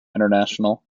international